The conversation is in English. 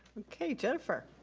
okay, jennifer.